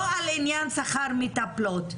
לא על עניין שכר מטפלות.